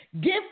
give